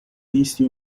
نیستی